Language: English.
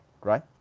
right